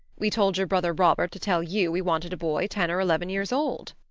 we told your brother robert to tell you we wanted a boy ten or eleven years old.